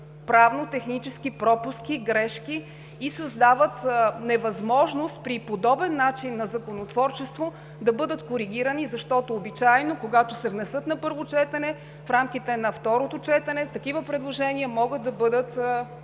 правно-технически пропуски, грешки и създават невъзможност при подобен начин на законотворчество да бъдат коригирани, защото обичайно, когато се внесат на първо четене, в рамките на второто четене, такива предложения могат да бъдат променени.